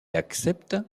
accepte